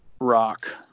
rock